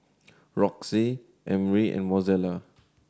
Roxie Emry and Mozella